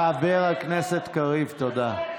חבר הכנסת קריב, תודה.